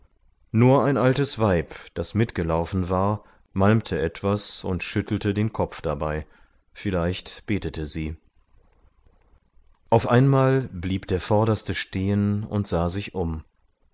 nur ein altes weib das mitgelaufen war malmte etwas und schüttelte den kopf dabei vielleicht betete sie auf einmal blieb der vorderste stehen und sah um